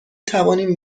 توانیم